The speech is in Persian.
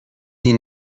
این